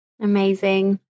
Amazing